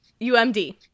UMD